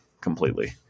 completely